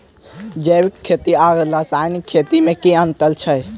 जैविक खेती आ रासायनिक खेती मे केँ अंतर छै?